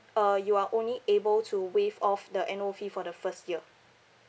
uh you are only able to waive off the annual fee for the first year